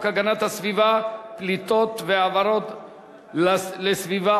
הגנת הסביבה (פליטות והעברות לסביבה,